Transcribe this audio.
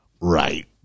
right